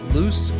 Loose